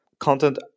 content